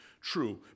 true